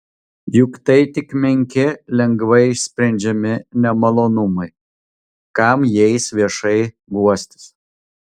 juk tai tik menki lengvai išsprendžiami nemalonumai kam jais viešai guostis